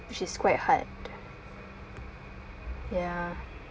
which is quite hard ya